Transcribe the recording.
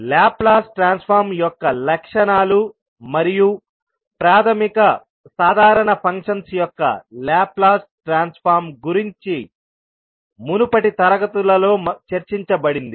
Laplace transform యొక్క లక్షణాలు మరియు ప్రాథమిక సాధారణ ఫంక్షన్స్ యొక్క లాప్లాస్ ట్రాన్స్ఫార్మ్ గురించి మునుపటి తరగతులలో చర్చించబడింది